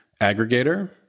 aggregator